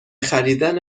خریدن